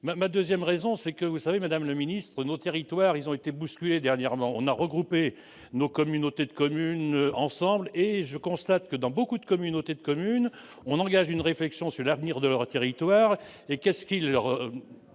ma ma 2ème raison, c'est que vous savez, madame le ministre, nos territoires, ils ont été bousculés dernièrement on a regroupé nos communautés de communes ensemble et je constate que dans beaucoup de communautés de communes, on engage une réflexion sur l'avenir de leur territoire et qu'est-ce qui leur